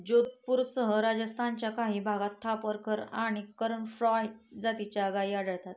जोधपूरसह राजस्थानच्या काही भागात थापरकर आणि करण फ्राय जातीच्या गायी आढळतात